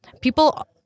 People